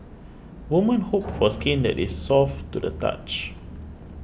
women hope for skin that is soft to the touch